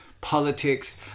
politics